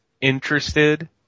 interested